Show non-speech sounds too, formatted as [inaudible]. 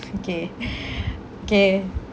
okay [breath] K